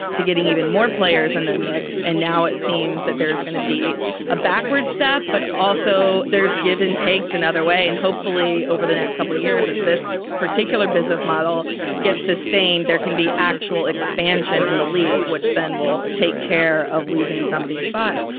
to getting even more players in and the mix. and now it seems that there's going to be a backward step, but also there's given takes in other way. and hopefully over the next couple years, as this particular business model gets sustained, there can be actual expansion in the league, which then will take care of losing some of these spots.